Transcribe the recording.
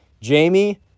Jamie